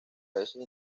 veces